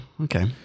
Okay